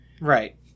Right